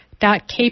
dot